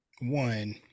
One